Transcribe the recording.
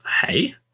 hey